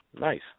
Nice